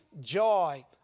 joy